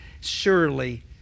surely